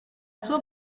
sua